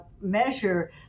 measure